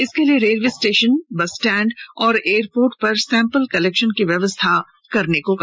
इसके लिए railway station bus stand और एयरपोर्ट पर सैंपल कलेक्शन की व्यवस्था करने को कहा